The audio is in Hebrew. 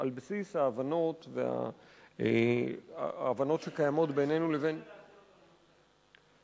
על בסיס ההבנות שקיימות בינינו לפני שנעביר לממשלה,